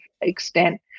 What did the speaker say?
extent